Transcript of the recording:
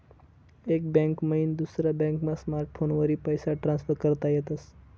एक बैंक मईन दुसरा बॅकमा स्मार्टफोनवरी पैसा ट्रान्सफर करता येतस